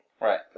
Right